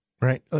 right